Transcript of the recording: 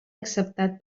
acceptat